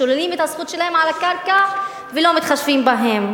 שוללים את הזכות שלהם על הקרקע ולא מתחשבים בהם.